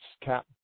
cap